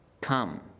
Come